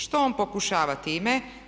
Što on pokušava time?